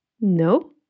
No